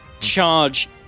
charge